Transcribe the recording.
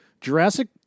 Jurassic